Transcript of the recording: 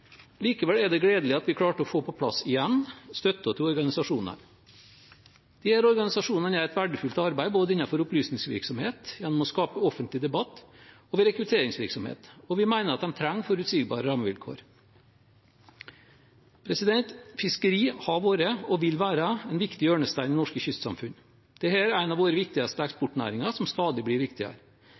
Likevel er det gledelig at vi klarte å få på plass igjen støtten til organisasjonene. Disse organisasjonene gjør et verdifullt arbeid både innenfor opplysningsvirksomhet, gjennom å skape offentlig debatt og ved rekrutteringsvirksomhet, og vi mener at de trenger forutsigbare rammevilkår. Fiskeri har vært og vil være en viktig hjørnestein i norske kystsamfunn. Dette er en av våre viktigste eksportnæringer, som stadig blir viktigere.